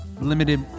limited